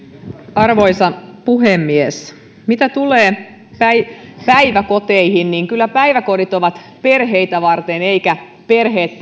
arvoisa puhemies mitä tulee päiväkoteihin niin kyllä päiväkodit ovat perheitä varten eivätkä perheet